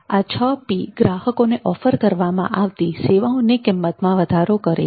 આ 6 P ગ્રાહકોને offer કરવામાં આવતી સેવાઓની કિંમતમાં વધારો કરે છે